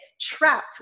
trapped